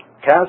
cast